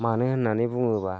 मानो होननानै बुङोबा